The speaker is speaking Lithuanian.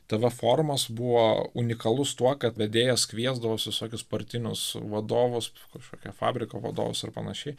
tavo formos buvo unikalus tuo kad vedėjas kviesdavosi visokius partinius vadovus kažkokio fabriko vadovus ir panašiai